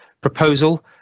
proposal